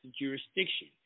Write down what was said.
jurisdiction